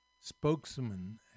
spokesman